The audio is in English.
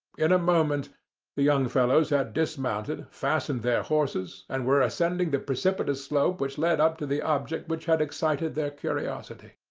in a moment the young fellows had dismounted, fastened their horses, and were ascending the precipitous slope which led up to the object which had excited their curiosity.